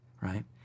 right